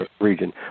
region